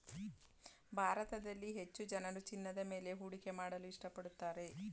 ಭಾರತದಲ್ಲಿ ಹೆಚ್ಚು ಜನರು ಚಿನ್ನದ ಮೇಲೆ ಹೂಡಿಕೆ ಮಾಡಲು ಇಷ್ಟಪಡುತ್ತಾರೆ